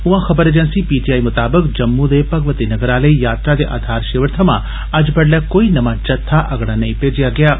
उयां खबर agency PTI मताबक जम्मू दे भगवती नगर आले यात्रा दे आधार शिविर थमां अज्ज बडलै कोई नमां जत्था अगड़ा नेईं भेजेआ गेआ ऐ